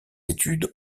études